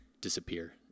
disappear